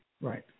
Right